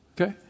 Okay